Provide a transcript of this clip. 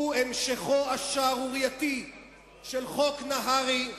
הוא המשכו השערורייתי של חוק נהרי,